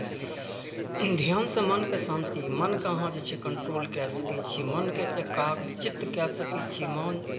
ध्यान सॅं मोनके शान्ति मोनके कंट्रोल कय सकै छियै मोनके एकाग्रचित कय सकै छियै मोन